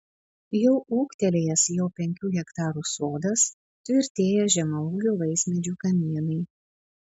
jau ūgtelėjęs jo penkių hektarų sodas tvirtėja žemaūgių vaismedžių kamienai